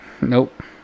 Nope